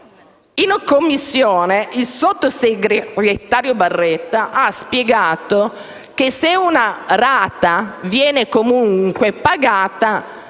In Commissione il sottosegretario Baretta ha spiegato che se una rata viene comunque pagata,